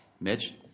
Mitch